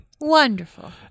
wonderful